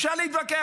אפשר להתווכח.